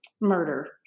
murder